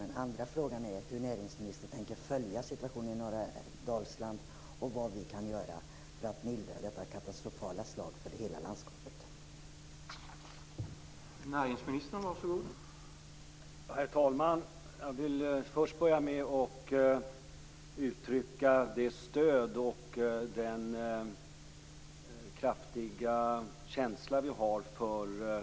Min andra fråga är hur näringsministern tänker följa situationen i norra Dalsland och vad vi kan göra för att mildra detta för hela landskapet katastrofala slag.